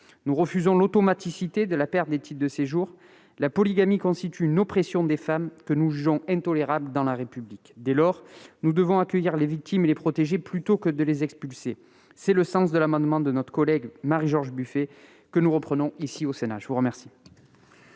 Nous refusons l'automaticité de la perte des titres de séjour. La polygamie constitue une oppression des femmes que nous jugeons intolérable dans la République. Dès lors, nous devons accueillir les victimes et les protéger plutôt que de les expulser. Tel était le sens de l'amendement de notre collègue Marie-George Buffet, que nous défendons ici, au Sénat. Quel